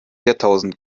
jahrtausend